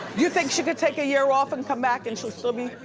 you think she could take a year off and come back and she'll still be?